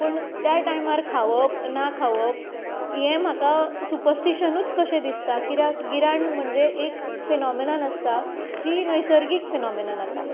पूण त्या टायमार खावप ना खावप ये म्हाका सुपरस्टिशनुच कशें दिसता किद्याक गिराण म्हणजे एक फिनोमेनल आसता जी नैसर्गीक फिनोमिनन आसा